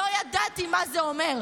לא ידעתי מה זה אומר.